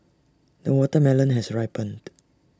the watermelon has ripened